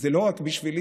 זה לא רק בשבילי,